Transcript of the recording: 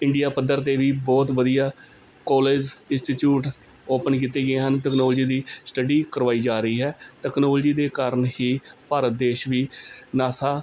India ਪੱਧਰ ਤੇ ਵੀ ਬਹੁਤ ਵਧੀਆ ਕਾਲਜ ਇੰਸਟੀਚਿਊਟ ਓਪਨ ਕੀਤੇ ਗਏ ਹਨ ਟੈਕਨੋਲੋਜੀ ਦੀ ਸਟੱਡੀ ਕਰਵਾਈ ਜਾ ਰਹੀ ਹੈ ਟੈਕਨੋਲੋਜੀ ਦੇ ਕਾਰਨ ਹੀ ਭਾਰਤ ਦੇਸ਼ ਵੀ ਨਾਸਾ